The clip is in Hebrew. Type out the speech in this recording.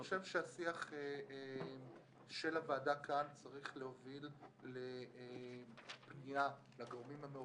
אני חושב שהשיח של הוועדה כאן צריך להוביל לפנייה לגורמים המעורבים,